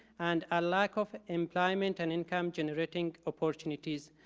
and a lack of employment and income generating opportunities.